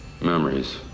Memories